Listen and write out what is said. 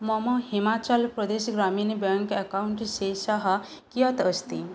मम हिमाचल् प्रदेशः ग्रामीन ब्याङ्क् अकौण्ट् शेषः कियत् अस्ति